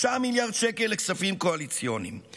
5 מיליארד שקל לכספים קואליציוניים,